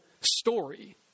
story